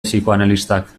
psikoanalistak